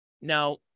Now